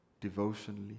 devotionally